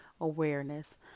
awareness